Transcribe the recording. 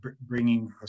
bringing